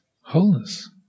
wholeness